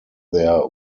their